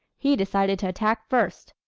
he decided to attack first.